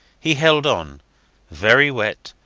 he held on very wet,